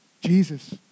Jesus